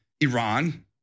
Iran